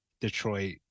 Detroit